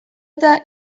eta